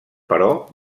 però